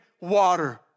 water